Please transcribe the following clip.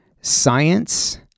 science